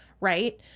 Right